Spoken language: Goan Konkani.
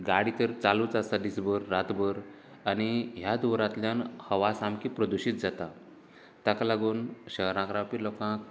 गाडी तर चालूच आसता दीसभर रातभर आनी ह्या धुंवरांतल्यान हवा सामकीं प्रदूशीत जाता ताका लागून शहरांत रावपी लोकांक